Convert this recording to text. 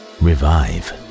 revive